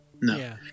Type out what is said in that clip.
No